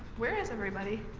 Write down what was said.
where is everybody?